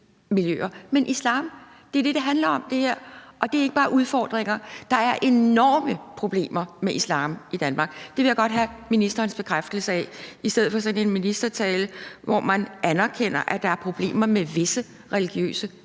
med. Det er det, det her handler om. Og det er ikke bare udfordringer – der er enorme problemer med islam i Danmark. Det vil jeg godt have ministerens bekræftelse af i stedet for sådan en ministertale, hvor man anerkender, at der er problemer med visse religiøse miljøer.